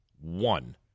One